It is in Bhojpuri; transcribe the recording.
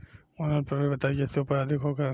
उन्नत प्रभेद बताई जेसे उपज अधिक होखे?